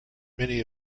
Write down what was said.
many